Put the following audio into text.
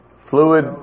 fluid